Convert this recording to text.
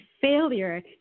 failure